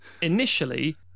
initially